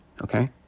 okay